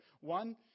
One